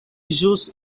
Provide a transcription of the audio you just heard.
ĵus